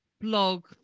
blog